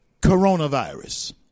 coronavirus